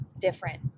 different